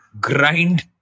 grind